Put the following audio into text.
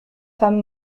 femme